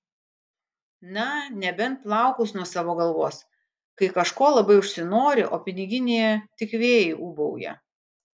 na nebent plaukus nuo savo galvos kai kažko labai užsinori o piniginėje tik vėjai ūbauja